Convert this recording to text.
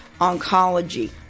oncology